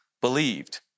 believed